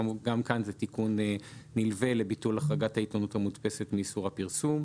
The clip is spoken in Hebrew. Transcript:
גם כאן זה תיקון נלווה לביטול החרגת העיתונות המודפסת מאיסור הפרסום.